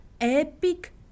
epic